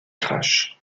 crash